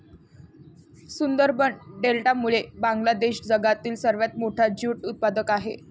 सुंदरबन डेल्टामुळे बांगलादेश जगातील सर्वात मोठा ज्यूट उत्पादक आहे